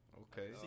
Okay